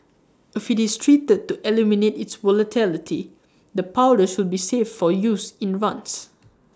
if IT is treated to eliminate its volatility the powder should be safe for use in runs